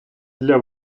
для